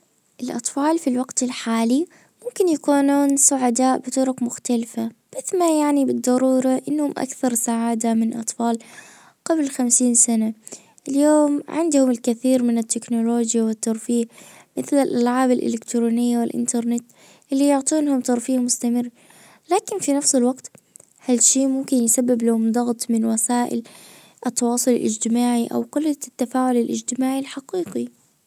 الاطفال في الوقت الحالي ممكن يكونون سعداء بطرق مختلفة بس ما يعني بالضرورة انهم اكثر سعادة من اطفال قبل خمسين سنة. اليوم عندهم الكثير من التكنولوجيا والترفيه مثل الالعاب الالكترونية والانترنت. اللي يعطونهم ترفيه مستمر لكن في نفس الوقت هالشي ممكن يسبب لهم ضغط من وسائل التواصل الاجتماعي او كل التفاعل الاجتماعي الحقيقي.